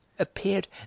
appeared